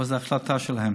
אבל זאת החלטה שלהם.